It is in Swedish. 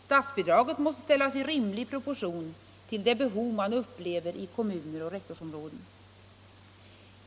Statsbidraget måste ställas i rimlig proportion till det behov man upplever ute i kommuner och rektorsområden.